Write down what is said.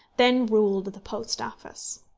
then ruled the post office.